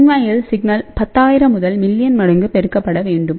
உண்மையில் சிக்னல் 10000 முதல் மில்லியன் மடங்கு பெருக்கப்பட வேண்டும்